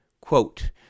Quote